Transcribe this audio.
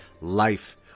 life